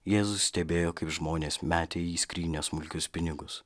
jėzus stebėjo kaip žmonės metė į skrynią smulkius pinigus